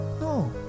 No